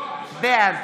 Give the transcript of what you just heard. בעד